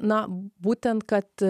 na būtent kad